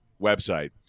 website